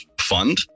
Fund